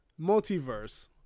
multiverse